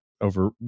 over